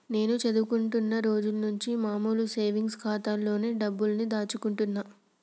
నేను చదువుకుంటున్న రోజులనుంచి మామూలు సేవింగ్స్ ఖాతాలోనే డబ్బుల్ని దాచుకుంటున్నా